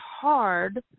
hard